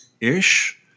ish